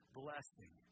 blessing